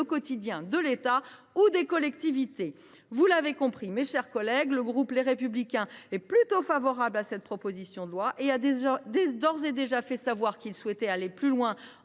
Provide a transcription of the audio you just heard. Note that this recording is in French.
quotidien de l’État ou des collectivités ! Vous l’aurez compris, mes chers collègues, les membres du groupe Les Républicains sont plutôt favorables à cette proposition de loi. Ils ont d’ores et déjà fait savoir qu’ils souhaitaient aller plus loin en